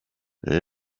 det